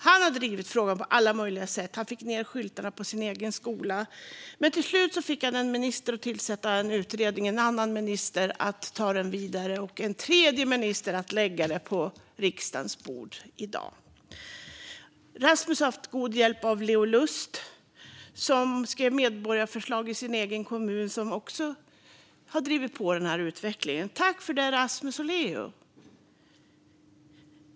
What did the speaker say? Han har drivit frågan på alla möjliga sätt. Han har fått ned skyltarna på sin egen skola. Till slut fick han också en minister att tillsätta en utredning, en annan minister att ta den vidare och en tredje minister att lägga förslaget på riksdagens bord i dag. Rasmus har haft god hjälp av Leo Lust, som skrev ett medborgarförslag i sin egen kommun och också har drivit på i den här utvecklingen. Tack för det, Rasmus och Leo!